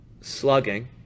Slugging